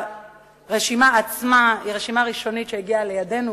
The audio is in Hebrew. הרשימה עצמה היא רשימה ראשונית שהגיעה לידינו,